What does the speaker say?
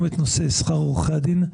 גם את נושא שכר עורכי הדין,